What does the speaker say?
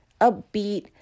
upbeat